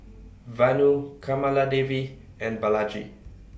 Vanu Kamaladevi and Balaji